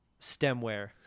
Stemware